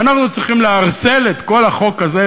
ואנחנו צריכים לערסל את כל החוק הזה,